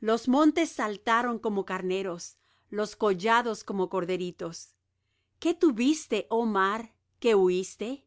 los montes saltaron como carneros los collados como corderitos qué tuviste oh mar que huiste